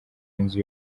inzu